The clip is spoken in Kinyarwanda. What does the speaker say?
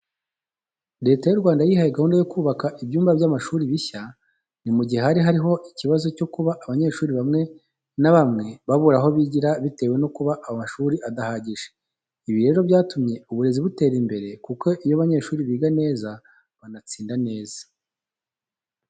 Leta y'u Rwanda yihaye gahunda yo kubaka ibyumba by'amashuri bishya. Ni mu gihe hari hariho ikibazo cyo kuba abanyeshuri bamwe na bamwe babura aho bigira bitewe no kuba amashuri adahagije. Ibi rero byatumye uburezi butera imbere kuko iyo abanyeshuri biga neza banatsinda neza.